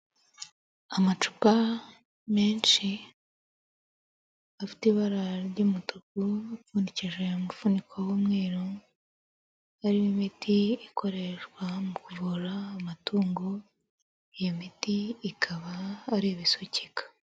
Amacupa menshi afite ibara ry'umutuku, upfundikije umufuniko w'umweru, arimo imiti ikoreshwa mu kuvura amatungo, iyo miti ikaba ari ibisukika.